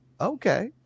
okay